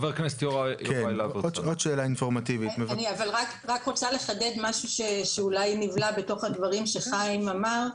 אני רק רוצה לחדד משהו שאולי נבלע בתוך הדברים שחיים אמר.